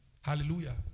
Hallelujah